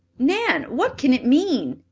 nan! what can it mean?